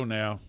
now